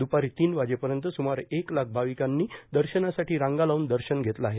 दुपारी तीन वाजेपर्यंत सुमारे एक लाख भाविकांनी दर्शनासाठी रांगा लावून दर्शन घेतले आहे